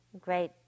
great